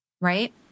right